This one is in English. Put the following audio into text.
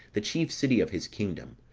the chief city of his kingdom,